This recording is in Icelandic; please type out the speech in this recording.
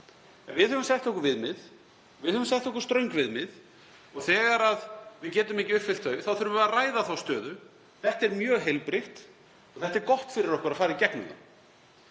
viðmið til að ræða. Við höfum sett okkur ströng viðmið og þegar við getum ekki uppfyllt þau þurfum við að ræða þá stöðu. Þetta er mjög heilbrigt og það er gott fyrir okkur að fara í gegnum það.